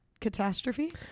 catastrophe